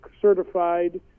certified